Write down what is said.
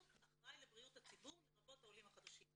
אחראי לבריאות הציבור לרבות העולים החדשים.